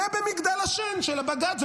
זה במגדל השן של בג"ץ.